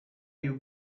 you